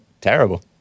Terrible